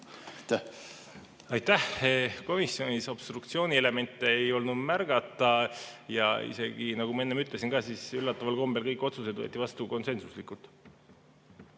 Aitäh! Komisjonis obstruktsiooni elemente ei olnud märgata ja isegi, nagu ma enne ütlesin, üllataval kombel kõik otsused võeti vastu konsensuslikult.